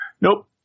Nope